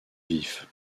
vif